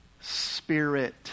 spirit